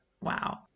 Wow